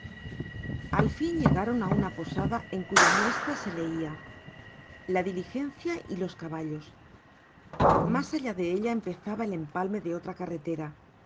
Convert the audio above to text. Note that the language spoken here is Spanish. al fin llegaron á una posada en cuya muestra se leia la di ligencia y los caballos mas allá de ella empezaba el empalme de otra carretera